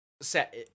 set